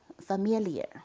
familiar